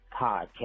podcast